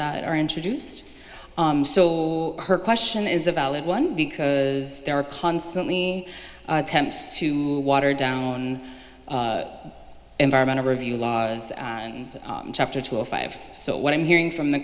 that are introduced so her question is a valid one because there are constantly attempts to water down environmental review laws and chapter two a five so what i'm hearing from the